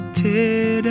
tear